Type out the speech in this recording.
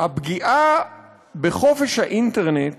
הפגיעה בחופש האינטרנט